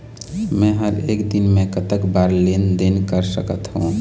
मे हर एक दिन मे कतक बार लेन देन कर सकत हों?